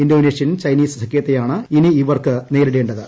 Indonesian Chinese സഖ്യത്തെയാണ് ഇനി ഇവർക്ക് നേരിടേണ്ടത്